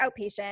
outpatient